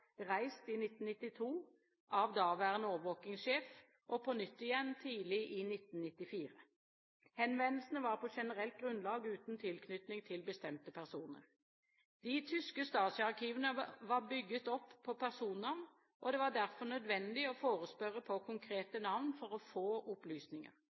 reist i 1992 av daværende overvåkingssjef og på nytt igjen tidlig i 1994. Henvendelsene var på generelt grunnlag uten tilknytning til bestemte personer. De tyske Stasi-arkivene var bygget opp på personnavn, og det var derfor nødvendig å forespørre på konkrete navn for å få opplysninger.